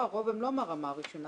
שהרוב לא מהרמה הראשונה,